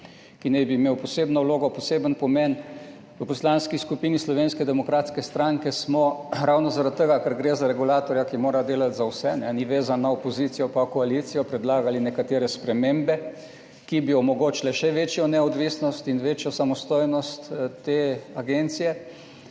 ki naj bi imel posebno vlogo, poseben pomen. V Poslanski skupini Slovenske demokratske stranke smo ravno zaradi tega, ker gre za regulator, ki mora delati za vse, ni vezan na opozicijo pa koalicijo, predlagali nekatere spremembe, ki bi omogočile še večjo neodvisnost in večjo samostojnost te agencije.